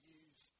use